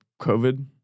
COVID